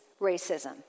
racism